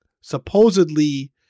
supposedly